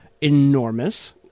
enormous